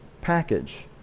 package